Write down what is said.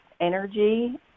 energy